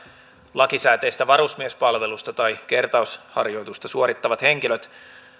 lakisääteistä varusmiespalvelusta tai kertausharjoitusta suorittavat henkilöt